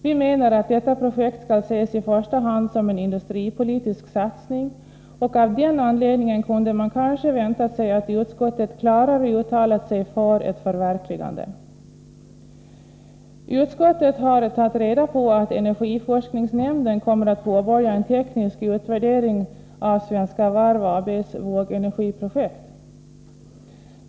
Vi menar att detta projekt skall ses i första hand som en industripoiitisk satsning, och av den anledningen kunde man kanske väntat sig att utskottet klarare uttalat sig för ett förverkligande. Utskottet har tagit reda på att energiforskningsnämnden kommer att påbörja en teknisk utvärdering av Svenska Varv AB:s vågenergiprojekt.